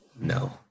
No